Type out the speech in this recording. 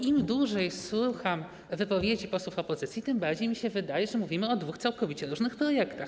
Im dłużej słucham wypowiedzi posłów opozycji, tym bardziej mi się wydaje, że mówimy o dwóch całkowicie różnych projektach.